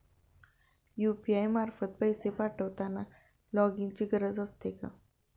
UPI मार्फत पैसे पाठवताना लॉगइनची गरज असते का?